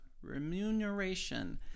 remuneration